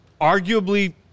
arguably